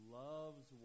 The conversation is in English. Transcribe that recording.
loves